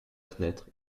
fenêtre